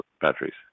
batteries